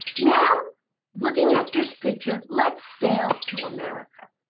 now looking at this picture, let's say to america.